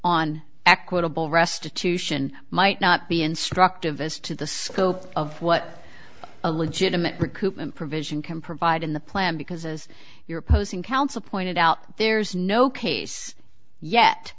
on equitable restitution might not be instructive as to the scope of what a legitimate recoupment provision can provide in the plan because as your opposing counsel pointed out there's no case yet